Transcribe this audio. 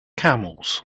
camels